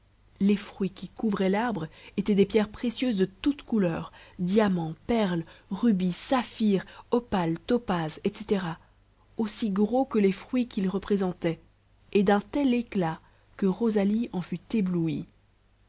les fruits qui couvraient l'arbre étaient des pierres précieuses de toutes couleurs diamants perles rubis saphirs opales topazes etc aussi gros que les fruits qu'ils représentaient et d'un tel éclat que rosalie en fut éblouie